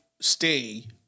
stay